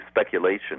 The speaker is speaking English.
speculation